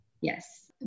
Yes